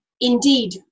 Indeed